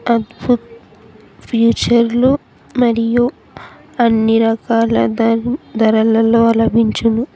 అ ఫీచర్లు మరియు అన్ని రకాల ద ధరలలో అలభించును